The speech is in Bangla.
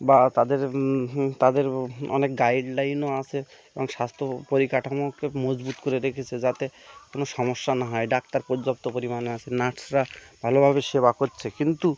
বা তাদের তাদের অনেক গাইডলাইনও আছে এবং স্বাস্থ্য পরিকাঠামোকে মজবুত করে রেখেছে যাতে কোনো সমস্যা না হয় ডাক্তার পর্যাপ্ত পরিমাণে আছে নার্সরা ভালোভাবে সেবা করছে কিন্তু